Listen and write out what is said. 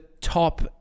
top